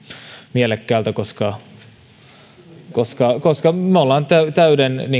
mielekkäältä koska koska me olemme täyden